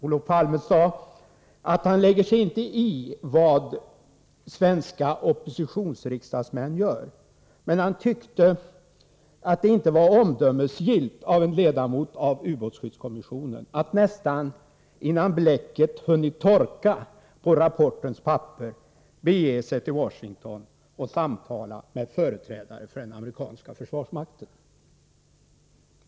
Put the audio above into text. Olof Palme sade att han inte lade sig i vad svenska oppositionsriksdagsmän gjorde men tyckte att det inte var omdömesgillt av en ledamot av ubåtsskyddskommissionen att nästan innan bläcket hunnit torka på rapportens papper bege sig till Washington och samtala med företrädare för den amerikanska försvarsmakten.